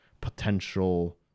potential